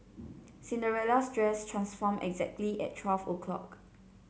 Cinderella's dress transformed exactly at twelve o'clock